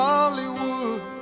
Hollywood